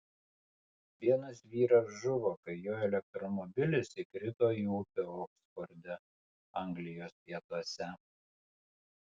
vienas vyras žuvo kai jo elektromobilis įkrito į upę oksforde anglijos pietuose